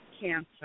cancer